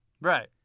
Right